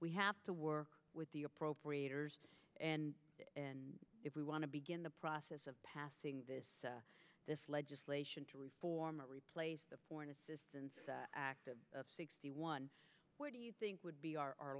we have to work with the appropriators and and if we want to begin the process of passing this this legislation to reform or replace the foreign assistance act of sixty one where do you think would be our